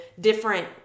different